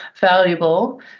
valuable